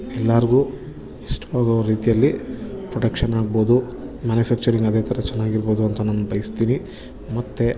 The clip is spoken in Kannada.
ಎಲ್ಲರ್ಗೂ ಇಷ್ಟವಾಗುವ ರೀತಿಯಲ್ಲಿ ಪ್ರೊಡಕ್ಷನ್ ಆಗ್ಬೋದು ಮ್ಯಾನುಫ್ಯಾಕ್ಚರಿಂಗ್ ಅದೇ ಥರ ಚೆನ್ನಾಗಿರ್ಬೋದು ಅಂತ ನಾನು ಬಯಸ್ತೀನಿ ಮತ್ತು